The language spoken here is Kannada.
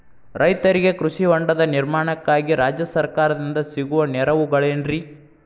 ರೈತರಿಗೆ ಕೃಷಿ ಹೊಂಡದ ನಿರ್ಮಾಣಕ್ಕಾಗಿ ರಾಜ್ಯ ಸರ್ಕಾರದಿಂದ ಸಿಗುವ ನೆರವುಗಳೇನ್ರಿ?